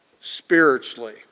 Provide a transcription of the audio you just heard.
spiritually